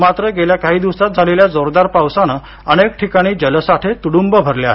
मात्र गेल्या काही दिवसात झालेल्या जोरदार पावसाने अनेक ठिकाणी जलसाठे तुडुंब भरले आहेत